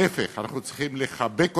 להפך, אנחנו צריכים לחבק אותו,